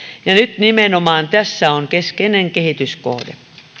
ja nyt nimenomaan tässä on keskeinen kehityskohde